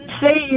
say